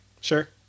Sure